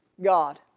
God